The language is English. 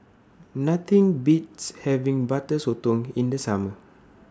Nothing Beats having Butter Sotong in The Summer